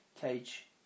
Cage